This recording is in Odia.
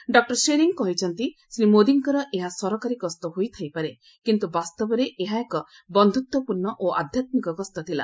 ଡକ୍ଟର ସେରିଙ୍ଗ୍ କହିଛନ୍ତି ଶ୍ରୀ ମୋଦିଙ୍କର ଏହା ସରକାରୀ ଗସ୍ତ ହୋଇଥାଇପାରେ କିନ୍ତୁ ବାସ୍ତବରେ ଏହା ଏକ ବନ୍ଧୁତ୍ୱପୂର୍ଷ ଓ ଆଧ୍ୟାତ୍କିକ ଗସ୍ତ ଥିଲା